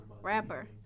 rapper